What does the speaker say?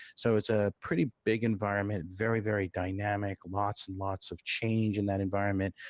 so, it's a pretty big environment. very, very dynamic lots and lots of change in that environment.